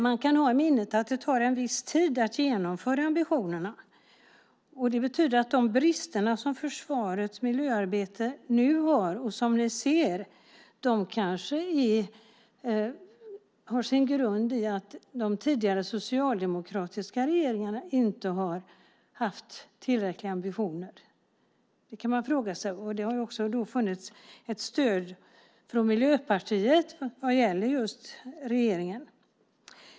Man kan ha i minnet att det tar viss tid att genomföra ambitionerna. Det betyder att de brister förvarets miljöarbete nu har och som ni ser kanske har sin grund i att de tidigare socialdemokratiska regeringarna inte haft tillräckliga ambitioner. Man kan fråga sig hur det har varit. Det har funnits ett stöd från Miljöpartiet vad gäller just regeringen.